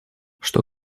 что